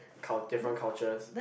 cult~ different cultures